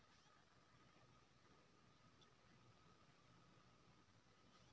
मकई के बाईल स दाना निकालय के लेल केना मसीन के उपयोग करू?